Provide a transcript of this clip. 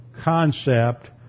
concept